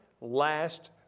last